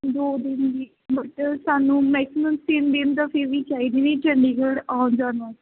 ਦੋ ਦਿਨ ਦੀ ਬਟ ਸਾਨੂੰ ਮੈਕਸੀਮਮ ਤਿੰਨ ਦਿਨ ਤਾਂ ਫਿਰ ਵੀ ਚਾਹੀਦੀ ਨੇ ਚੰਡੀਗੜ੍ਹ ਆਉਣ ਜਾਣ ਵਾਸਤੇ